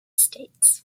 states